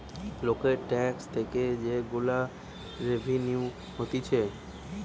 লোকের ট্যাক্স থেকে যে গুলা রেভিনিউ হতিছে